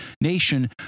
nation